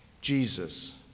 Jesus